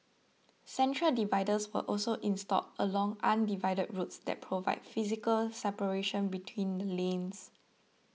centre dividers were also installed along undivided roads that provide physical separation between the lanes